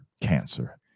cancer